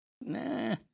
nah